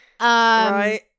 Right